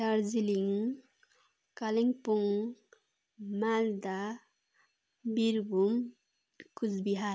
Darjeeling Kalimpong Malda Birbhum Cooch Bihar